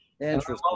Interesting